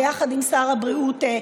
ביחד עם שר הבריאות,